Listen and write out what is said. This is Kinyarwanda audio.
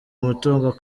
umutungo